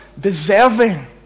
deserving